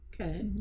okay